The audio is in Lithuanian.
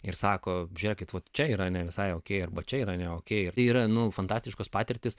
ir sako žiūrėkit va čia yra ne visai okei arba čia yra ne okei ir tai yra nu fantastiškos patirtis